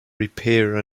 repair